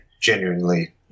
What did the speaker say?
genuinely